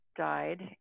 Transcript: died